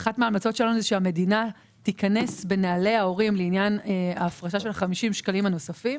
המדינה תיכנס בנעלי ההורים לעניין ההפרשה של 50 השקלים הנוספים.